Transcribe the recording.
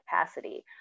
capacity